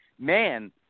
Man